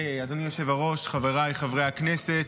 אדוני היושב-ראש, חבריי חברי הכנסת,